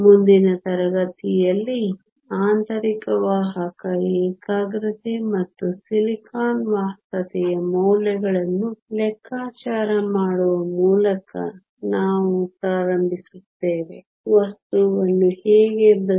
ಮುಂದಿನ ತರಗತಿಯಲ್ಲಿ ಆಂತರಿಕ ವಾಹಕ ಏಕಾಗ್ರತೆ ಮತ್ತು ಸಿಲಿಕಾನ್ ವಾಹಕತೆಯ ಮೌಲ್ಯಗಳನ್ನು ಲೆಕ್ಕಾಚಾರ ಮಾಡುವ ಮೂಲಕ ನಾವು ಪ್ರಾರಂಭಿಸುತ್ತೇವೆ ವಸ್ತುವನ್ನು ಹೇಗೆ ಬದಲಾಯಿಸುವುದು ಈ ಮೌಲ್ಯಗಳನ್ನು ಬದಲಾಯಿಸುತ್ತದೆ ಎಂದು ನಾವು ನೋಡಿದಾಗ